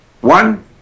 One